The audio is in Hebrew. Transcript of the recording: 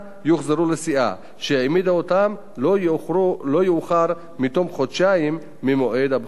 יוחזרו לסיעה שהעמידה אותם לא יאוחר מתום חודשיים ממועד הבחירות.